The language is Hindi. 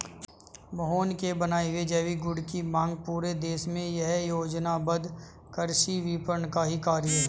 मोहन के बनाए हुए जैविक गुड की मांग पूरे देश में यह योजनाबद्ध कृषि विपणन का ही कार्य है